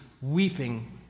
weeping